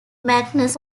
magnus